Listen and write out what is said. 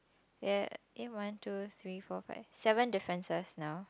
ya eh one two three four five seven differences now